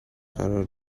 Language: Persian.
قرار